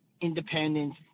independence